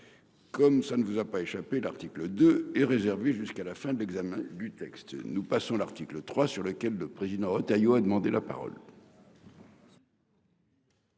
Comme ça ne vous a pas échappé, l'article 2 est réservé jusqu'à la fin de l'examen du texte. Nous passons l'article 3 sur lequel le président Retailleau a demandé la parole.